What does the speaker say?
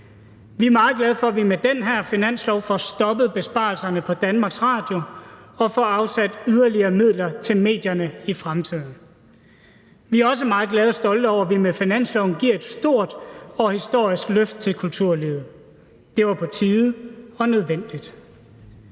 Vi er meget glade for, at vi med den her finanslov får stoppet besparelserne på Danmarks Radio og får afsat yderligere midler til medierne i fremtiden. Vi er også meget glade for og stolte over, at vi med finansloven giver et stort og historisk løft til kulturlivet. Det var på tide og nødvendigt.